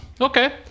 Okay